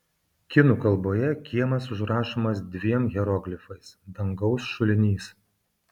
kinų kalboje kiemas užrašomas dviem hieroglifais dangaus šulinys